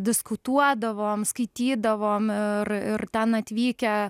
diskutuodavom skaitydavom ir ir ten atvykę